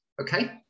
Okay